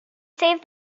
saved